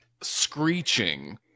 screeching